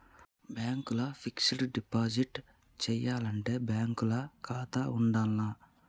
Bank ల fixed deposit చేయాలంటే bank ల ఖాతా ఉండాల్నా?